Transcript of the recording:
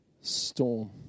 storm